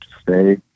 stay